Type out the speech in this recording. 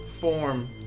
form